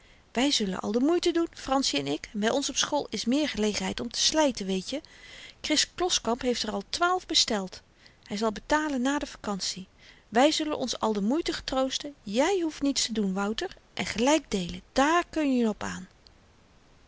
wy zullen al de moeite doen franssie en ik by ons op school is meer gelegenheid om te slyten weetje kris kloskamp heeft er al twaalf besteld hy zal betalen na de vakantie wy zullen ons al de moeite getroosten jy hoeft niets te doen wouter en gelyk deelen daar kunje n op aan